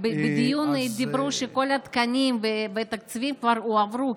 בדיון דיברו על כך שכל התקנים והתקציבים כבר הועברו,